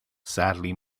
sadly